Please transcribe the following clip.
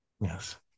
Yes